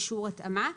אישור התאמה)